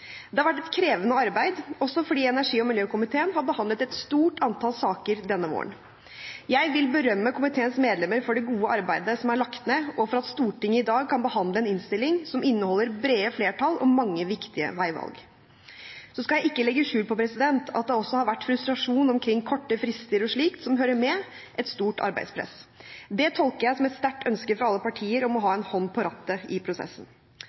Det har vært et krevende arbeid, også fordi energi- og miljøkomiteen har behandlet et stort antall saker denne våren. Jeg vil berømme komiteens medlemmer for det gode arbeidet som er lagt ned, og for at Stortinget i dag kan behandle en innstilling som inneholder brede flertall om mange viktige veivalg. Så skal jeg ikke legge skjul på at det også har vært frustrasjon omkring korte frister og slikt som hører med et stort arbeidspress. Det tolker jeg som et sterkt ønske fra alle partier om å ha en hånd på rattet i prosessen.